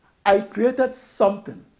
i created something